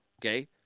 okay